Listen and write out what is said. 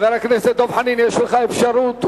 יש לך אפשרות,